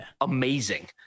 amazing